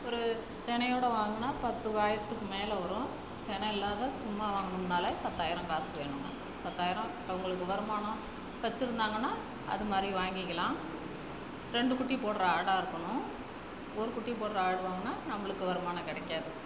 ஒரு செனையோட வாங்குனால் பத்து ஆயிரத்துக்கு மேலே வரும் செனை இல்லாத சும்மா வாங்கினோம்னாலே பத்தாயிரம் காசு வேணுங்க பத்தாயிரம் அவங்களுக்கு வருமானம் வச்சிருந்தாங்கன்னால் அது மாதிரி வாங்கிக்கலாம் ரெண்டு குட்டிப் போடுற ஆடாக இருக்கணும் ஒரு குட்டி போடுற ஆடு வாங்குனால் நம்மளுக்கு வருமானம் கிடைக்காது